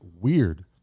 weird